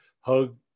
hug